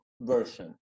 version